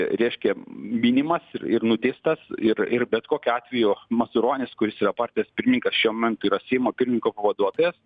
reiškia minimas ir nuteistas ir ir bet kokiu atveju mazuronis kuris yra partijos pirmininkas šiuo momentu yra seimo pirmininko pavaduotojas